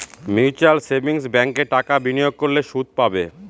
mutual savings ব্যাঙ্কে টাকা বিনিয়োগ করলে সুদ পাবে